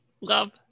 love